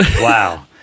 Wow